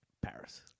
Paris